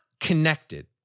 connected